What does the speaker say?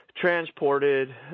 transported